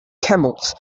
camels